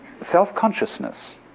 self-consciousness